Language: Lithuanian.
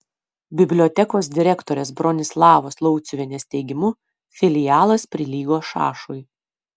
bibliotekos direktorės bronislavos lauciuvienės teigimu filialas prilygo šašui